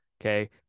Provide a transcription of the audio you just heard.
Okay